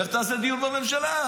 לך תעשה דיון בממשלה.